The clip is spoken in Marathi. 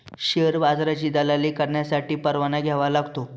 शेअर बाजाराची दलाली करण्यासाठी परवाना घ्यावा लागतो